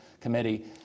committee